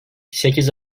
sekiz